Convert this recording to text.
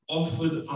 offered